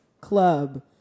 club